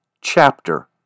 chapter